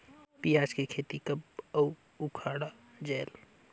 पियाज के खेती कब अउ उखाड़ा जायेल?